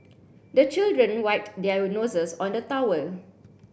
the children wipe their noses on the towel